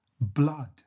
blood